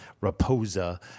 Raposa